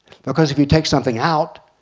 because if you take something out,